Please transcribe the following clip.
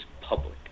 public